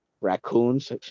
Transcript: raccoons